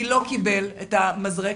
מי לא קיבל את המזרק,